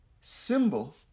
symbol